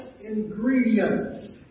ingredients